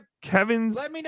kevin's